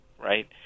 right